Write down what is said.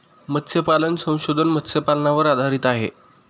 मत्स्यपालन संशोधन मत्स्यपालनावर आधारित आहे